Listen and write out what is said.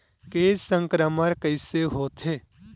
के संक्रमण कइसे होथे?